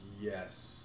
yes